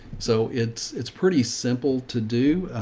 so it's, it's pretty simple to do, ah,